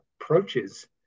approaches